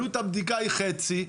עלות הבדיקה היא חצי.